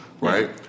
right